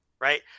right